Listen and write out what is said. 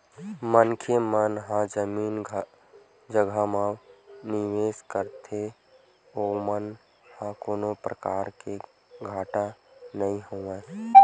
मनखे मन ह जमीन जघा म निवेस करथे ओमन ह कोनो परकार ले घाटा नइ खावय